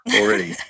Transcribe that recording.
already